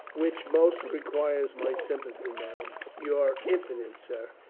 which most requires my sympathy, madame? you are impudent, sir.